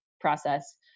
process